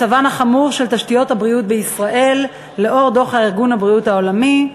מצבן החמור של תשתיות הבריאות בישראל לאור דוח ארגון הבריאות העולמי,